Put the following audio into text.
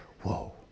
Whoa